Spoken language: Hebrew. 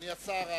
אדוני השר,